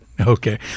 Okay